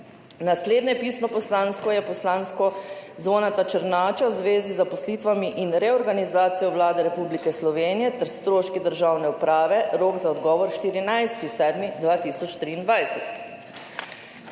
Naslednje pisno poslansko [vprašanje] je postavil Zvone Černač v zvezi z zaposlitvami in reorganizacijo Vlade Republike Slovenije ter stroški državne uprave. Rok za odgovor 14. 7. 2023.